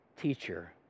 teacher